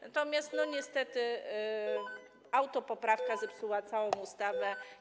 Natomiast niestety autopoprawka zepsuła całą ustawę.